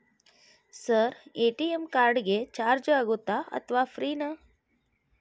Sir ATM card ಗೆ charge ಆಗುತ್ತಾ ಅಥವಾ ಫ್ರೇ ನಾ?